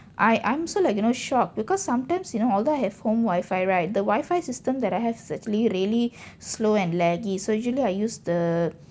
I I'm so like you know shocked because sometimes you know although I have home wifi right the wifi system that I have is actually really slow and laggy so usually I use the